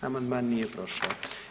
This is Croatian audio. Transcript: Amandman nije prošao.